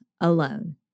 alone